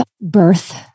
birth